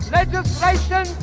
legislation